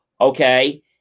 okay